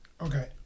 Okay